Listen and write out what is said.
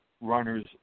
runners